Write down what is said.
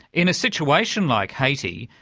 in a situation like haiti,